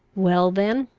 well then,